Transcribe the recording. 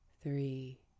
three